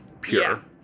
pure